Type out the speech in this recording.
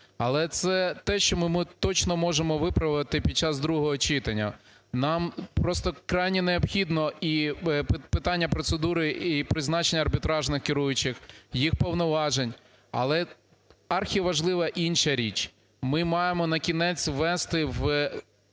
але це те, що ми точно можемо виправити під час другого читання. Нам просто крайнє необхідно і питання процедури, і призначення арбітражних керуючих, їх повноважень. Але архіважлива інша річ: ми маємо накінець ввести в